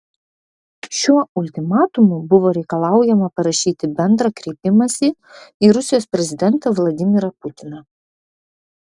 šiuo ultimatumu buvo reikalaujama parašyti bendrą kreipimąsi į rusijos prezidentą vladimirą putiną